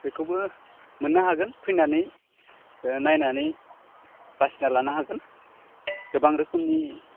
बेखौबो मोननो हागोन फैनानै नायनानै बासिना लानो हागोन गोबां रोखोमनि